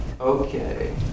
Okay